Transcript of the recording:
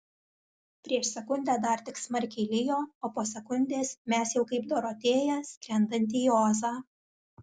prieš sekundę dar tik smarkiai lijo o po sekundės mes jau kaip dorotėja skrendanti į ozą